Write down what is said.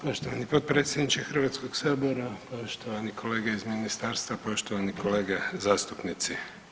Poštovani potpredsjedniče Hrvatskog sabora, poštovani kolege iz ministarstva, poštovani kolege zastupnici.